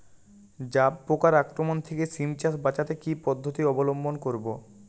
জাব পোকার আক্রমণ থেকে সিম চাষ বাচাতে কি পদ্ধতি অবলম্বন করব?